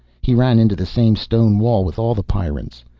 he ran into the same stone wall with all the pyrrans.